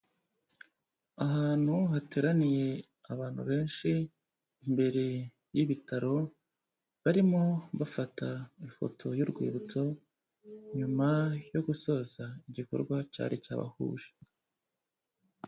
Ahantu hateraniye abantu benshi imbere y'ibitaro, barimo bafata ifoto y'urwibutso, nyuma yo gusoza igikorwa cyari cyabahuje.